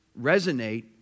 resonate